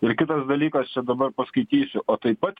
ir kitas dalykas čia dabar paskaitysiu o taip pat